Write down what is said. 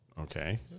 Okay